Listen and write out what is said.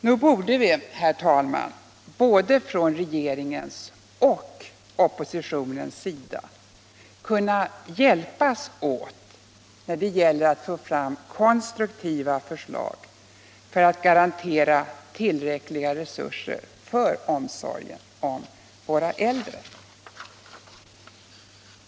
Nog borde vi, herr talman, från både regeringens och oppositionens sida kunna hjälpas åt när det gäller att få fram konstruktiva förslag för att garantera tillräckliga resurser för omsorgen om våra äldre.